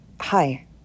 Hi